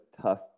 tough